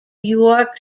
york